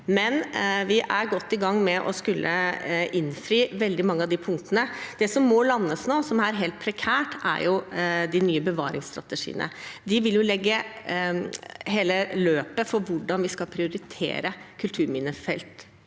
Men vi er godt i gang med å innfri på veldig mange av disse punktene. Det som må landes nå, som er helt prekært, er de nye bevaringsstrategiene. De vil legge hele løpet for hvordan vi skal prioritere kulturminnefeltbudsjettene